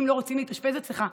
אם לא רוצים להתאשפז אצלך,